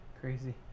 crazy